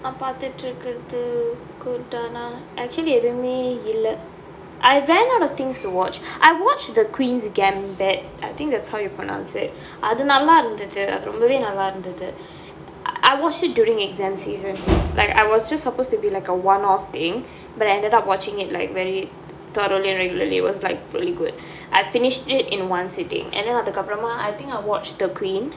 நா பாத்துட்டு இருக்குறது:naa paathuttu irukkurathu good ஆனா:aanaa actually எதுவுமே இல்ல:ethuvumae illa I ran out of things to watch I watched the queen's gambit I think that's how you pronounce it அது நல்லா இருந்தது ரொம்பவே நல்லா இருந்தது:athu nallaa irunthathu rombavae nallaa irunthathu I watched it during exam season like I was just supposed to be like a one off thing but I ended up watching it like very thouroughly and regularly it was like really good I finished it in one sitting and then அதுக்கு அப்புறமா:athukku appuramaa I think I watched the queen